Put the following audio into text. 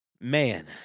Man